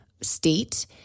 state